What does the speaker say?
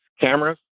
cameras